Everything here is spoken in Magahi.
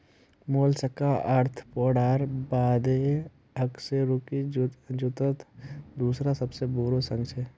मोलस्का आर्थ्रोपोडार बादे अकशेरुकी जंतुर दूसरा सबसे बोरो संघ छे